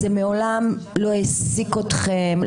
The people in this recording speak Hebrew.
זה מעולם לא העסיק אתכם,